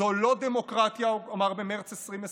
זו לא דמוקרטיה, אמר במרץ 2020,